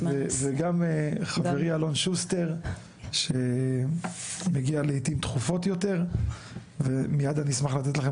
וגם חברי אלון שוסטר שמגיע לעיתים תכופות יותר ומיד אני אשמח לתת לכם